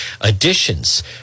additions